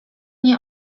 nie